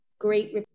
great